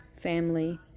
family